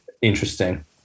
interesting